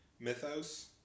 Mythos